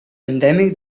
endèmic